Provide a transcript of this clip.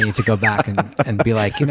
to go back and and but be like, you know